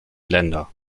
länder